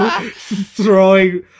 Throwing